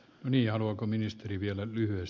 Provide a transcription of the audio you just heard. mia ruokoministeri vielä lyhyys